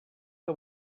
que